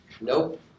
Nope